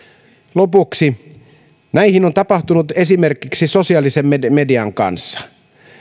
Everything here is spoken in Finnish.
lopuksi näinhän on tapahtunut esimerkiksi sosiaalisen median median kanssa